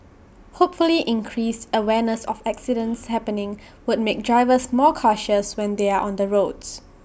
hopefully increased awareness of accidents happening would make drivers more cautious when they are on the roads